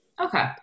Okay